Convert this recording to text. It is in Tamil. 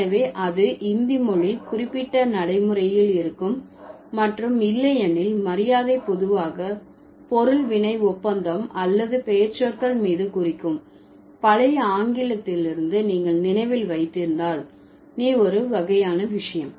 எனவே அது இந்தி மொழி குறிப்பிட்ட நடைமுறையில் இருக்கும் மற்றும் இல்லையெனில் மரியாதை பொதுவாக பொருள் வினை ஒப்பந்தம் அல்லது பெயர்ச்சொற்கள் மீது குறிக்கும் பழைய ஆங்கிலத்திலிருந்து நீங்கள் நினைவில் வைத்திருந்தால் நீ ஒரு வகையான விஷயம்